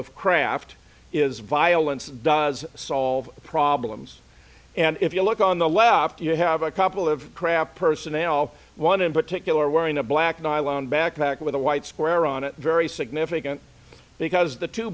of craft is violence does solve problems and if you look on the left you have a couple of crap personnel one in particular wearing a black nylon backpack with a white square on it very significant because the two